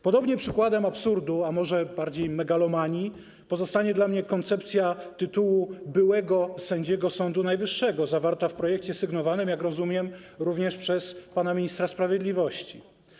Podobnie przykładem absurdu, a może bardziej megalomanii, pozostanie dla mnie koncepcja tytułu byłego sędziego Sądu Najwyższego zawarta w projekcie sygnowanym, jak rozumiem, również przez pana ministra sprawiedliwości.